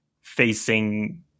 facing